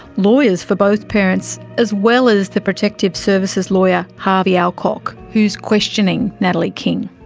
lawyers for both parents, as well as the protective services lawyer harvey ah alcock, who is questioning natalie king.